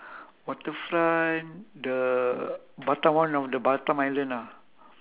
waterfront the batam one of the batam island lah